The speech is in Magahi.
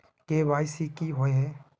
के.वाई.सी की हिये है?